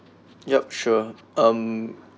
yup sure um